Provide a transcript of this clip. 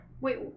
Wait